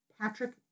Patrick